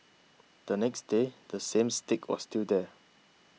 the next day the same stick was still there